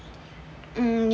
um